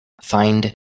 Find